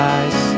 eyes